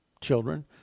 children